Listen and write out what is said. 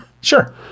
Sure